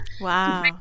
wow